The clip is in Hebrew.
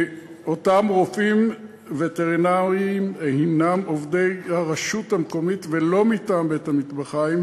אותם רופאים וטרינריים הם עובדי הרשות המקומית ולא מטעם בית-המטבחיים,